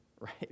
right